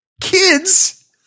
kids